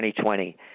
2020